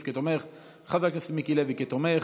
כתומך ואת חבר הכנסת מיקי לוי כתומך.